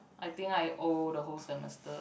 I think I owe the whole semester